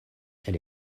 elle